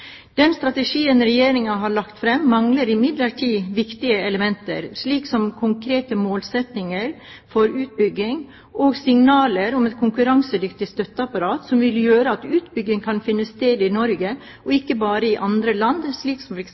Den strategien Regjeringen har lagt fram, mangler imidlertid viktige elementer, slik som konkrete målsettinger for utbygging og signaler om et konkurransedyktig støtteapparat, noe som vil gjøre at utbygging kan finne sted i Norge, og ikke bare i andre land, som